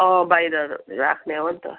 अँ बाहिर राख्ने हो नि त